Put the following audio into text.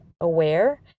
aware